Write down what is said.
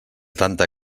tanta